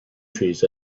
trees